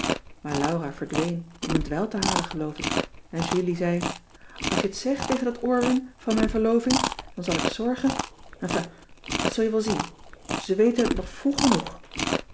maar laura verdween om een dweil te halen geloof ik en julie zei als je t zegt tegen dat oorwurm van mijn verloving dan zal ik zorgen enfin dat zul je wel zien ze weten het nog vroeg genoeg